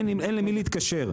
אין למי להתקשר,